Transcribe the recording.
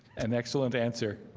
an excellent answer